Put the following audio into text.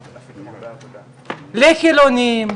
לחילוניים,